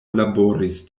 laboris